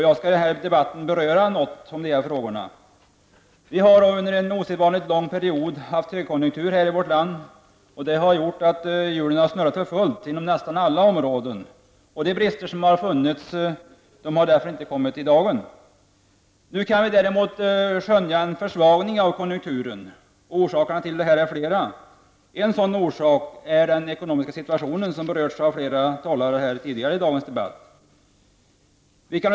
Jag skall i den här debatten något beröra dessa frågor. Under en osedvanligt lång period har det varit högkonjunktur i vårt land. Det har gjort att hjulen har snurrat för fullt inom nästan alla områden. De brister som har funnits har därför inte kommit i dagen. Nu kan vi däremot skönja en försvagning av konjunkturen. Orsakerna är flera. En orsak är den ekonomiska situationen, vilken berörts av flera talare tidigare i dagens debatt.